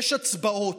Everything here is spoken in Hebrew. יש הצבעות.